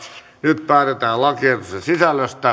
nyt päätetään lakiehdotuksen sisällöstä